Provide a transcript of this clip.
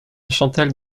chantal